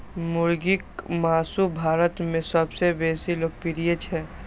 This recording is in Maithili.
मुर्गीक मासु भारत मे सबसं बेसी लोकप्रिय छै